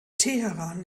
teheran